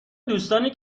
دوستانی